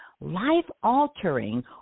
life-altering